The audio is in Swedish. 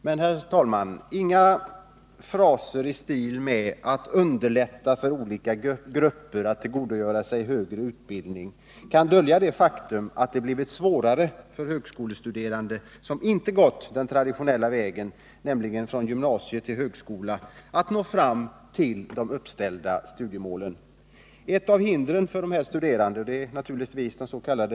Men, herr talman, inga fraser i stil med ”att underlätta för olika grupper att tillgodogöra sig högre utbildning” kan dölja det faktum att det blivit svårare för de högskolestuderande som inte gått den traditionella vägen — nämligen från gymnasium till högskola — att nå fram till de uppställda studiemålen. Ett av hindren för dessa studerande — des.k.